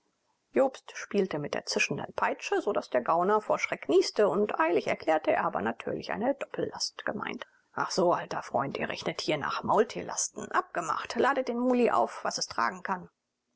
jobst spielte mit der zischenden peitsche so daß der gauner vor schreck nieste und eilig erklärte er habe natürlich eine doppellast gemeint ah so alter freund ihr rechnet hier nach maultierlasten abgemacht ladet dem muli auf was es tragen kann